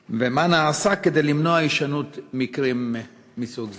3. מה נעשה כדי למנוע הישנות מקרים מסוג זה?